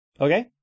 okay